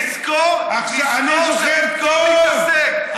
אנחנו במחנה הציוני נזכור שבמקום להתעסק בקואליציה,